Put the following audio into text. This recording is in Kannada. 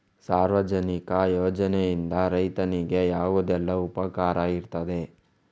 ಸಾರ್ವಜನಿಕ ಯೋಜನೆಯಿಂದ ರೈತನಿಗೆ ಯಾವುದೆಲ್ಲ ಉಪಕಾರ ಇರ್ತದೆ?